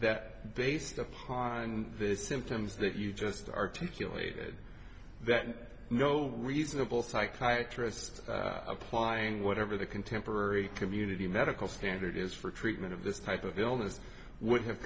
that based on the symptoms that you just articulated that no reasonable psychiatry is applying whatever the contemporary community medical standard is for treatment of this type of illness would have